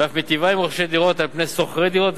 ואף מיטיבה עם רוכשי דירות על פני שוכרי דירות,